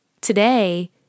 Today